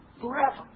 Forever